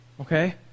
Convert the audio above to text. Okay